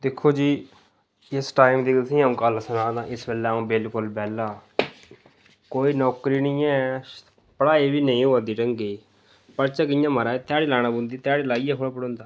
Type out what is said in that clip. दिक्खो जी इस टाइम दी अगर तुसेंगी अ'ऊं गल्ल सनाना इस बेल्ले अ'ऊं बिल्कुल बेह्ला कोई नौकरी नेईं ऐ पढ़ाई बी नेईं होआ दी ढंगै दी पढ़चै कि'यां महाराज ध्याड़ी लाना पौंदी ध्याड़ी लाइयै थोड़ी पढ़ोंदा